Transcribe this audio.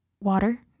water